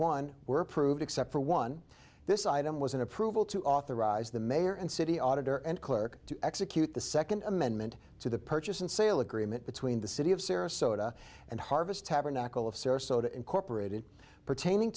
one were approved except for one this item was an approval to authorize the mayor and city auditor and clerk to execute the second amendment to the purchase and sale agreement between the city of sarasota and harvest tabernacle of sarasota incorporated pertaining